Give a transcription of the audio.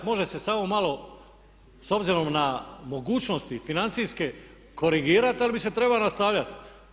Može se samo malo s obzirom na mogućnosti financijske korigirati ali bi se trebalo nastavljati.